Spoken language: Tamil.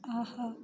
ஆஹா